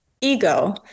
ego